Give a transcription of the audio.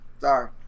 Sorry